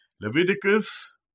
Leviticus